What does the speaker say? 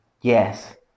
Yes